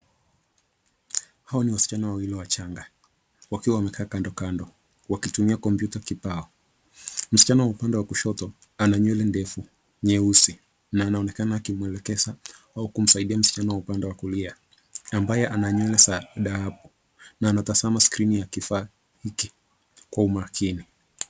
Hawa ni wasichana wawili wachanga wakiwa wamekaa kandokando, wakitumia kompyuta kibao. Msichana wa upande wa kushoto ana nywele ndefu nyeusi, na anaonekana akimwelekeza au kumsaidia msichana wa upande wa kulia, ambaye ana nywele za dhahabu na anatazma skrini ya kifaa hiki kwa umakini.